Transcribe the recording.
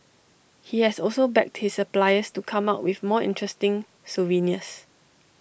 he has also begged his suppliers to come up with more interesting souvenirs